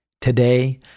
Today